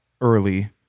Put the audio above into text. early